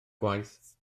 gwaith